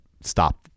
stop